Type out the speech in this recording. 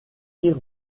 kirk